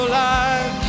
life